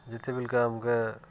ଯେତେ ବେଲକେ ଆମକେ